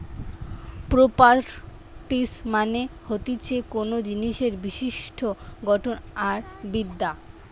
properties মানে হতিছে কোনো জিনিসের বিশিষ্ট গঠন আর বিদ্যা